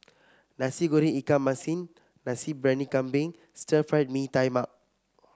Nasi Goreng Ikan Masin Nasi Briyani Kambing Stir Fried Mee Tai Mak